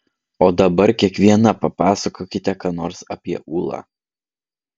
o dabar kiekviena papasakokite ką nors apie ūlą